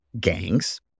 gangs